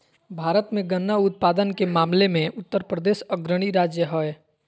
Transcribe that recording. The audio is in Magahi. भारत मे गन्ना उत्पादन के मामले मे उत्तरप्रदेश अग्रणी राज्य हय